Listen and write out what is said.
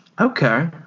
Okay